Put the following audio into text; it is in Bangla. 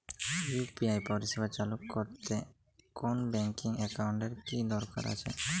ইউ.পি.আই পরিষেবা চালু করতে কোন ব্যকিং একাউন্ট এর কি দরকার আছে?